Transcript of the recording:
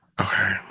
Okay